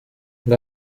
ngo